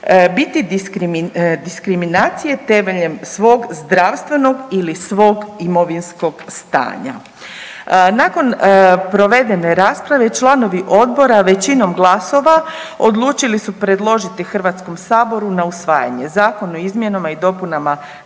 biti diskriminacije temeljem svog zdravstvenog ili svog imovinskog stanja. Nakon provedene rasprave članovi odbora većinom glasova odlučili su predložiti HS na usvajanje Zakon o izmjenama i dopunama